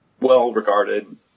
well-regarded